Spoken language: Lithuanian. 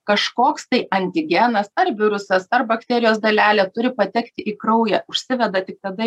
kažkoks tai antigenas ar virusas ar bakterijos dalelė turi patekt į kraują užsiveda tik tada